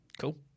Cool